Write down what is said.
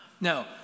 No